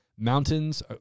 Mountains